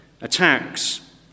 attacks